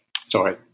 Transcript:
sorry